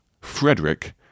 Frederick